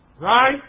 right